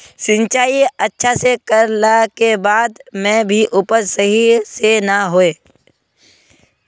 सिंचाई अच्छा से कर ला के बाद में भी उपज सही से ना होय?